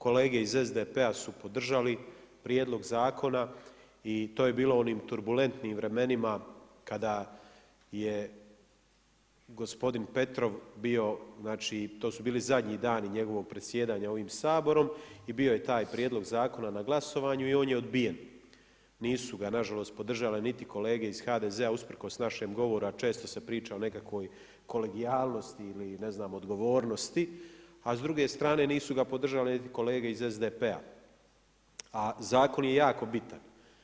Kolege iz SDP-a su podržali prijedlog zakon i to je bilo u onim turbulentnim vremenima kada je gospodin Petrov bio, znači to su bili zadnji dani njegovog predsjedanja ovim Saborom, i bio je taj prijedlog zakona i on je odbijen, nisu ga nažalost podržala niti kolege HDZ-a usprkos našem govoru a često se priča o nekakvoj kolegijalnosti ili ne znam odgovornosti, a s druge strane nisu ga podržali ni kolege iz SDP-a a zakon je jako bitan.